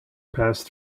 passed